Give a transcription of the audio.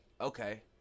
okay